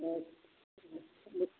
अच्छा मी